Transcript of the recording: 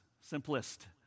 simplest